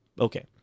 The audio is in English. Okay